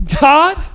God